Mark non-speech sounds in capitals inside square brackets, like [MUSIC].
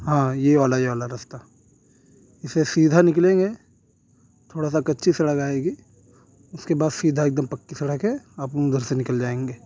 ہاں یہ والا یہ والا رستہ اسے سیدھا نکلیں گے تھوڑا سا کچی سڑک آئے گی اس کے بعد سیدھا ایک دم پکی سڑک ہے آپ [UNINTELLIGIBLE] ادھر سے نکل جائیں گے